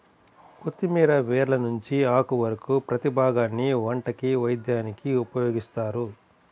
కొత్తిమీర వేర్ల నుంచి ఆకు వరకు ప్రతీ భాగాన్ని వంటకి, వైద్యానికి ఉపయోగిత్తారు